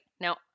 Now